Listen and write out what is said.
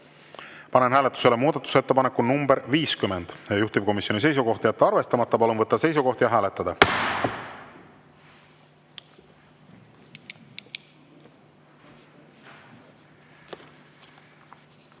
Panen hääletusele muudatusettepaneku nr 51, juhtivkomisjoni seisukoht on jätta arvestamata. Palun võtta seisukoht ja hääletada!